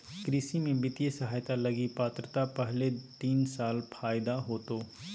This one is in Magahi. कृषि में वित्तीय सहायता लगी पात्रता पहले तीन साल फ़ायदा होतो